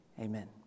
Amen